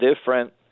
different